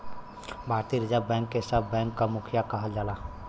भारतीय reserve bank के सब बैंक क मुखिया कहल जाला